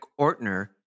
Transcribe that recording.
Ortner